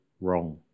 wrong